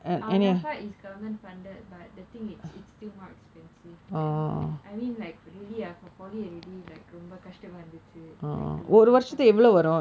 uh NAFA is government funded but the thing its it's still more expensive than I mean like for polytechnic already ரொம்ப கஷ்டமா இருந்துச்சு:romba kashtamaa irunthuchu to like fund பண்ண:panna